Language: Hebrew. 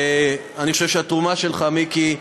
אני חושב שהתרומה שלך, מיקי,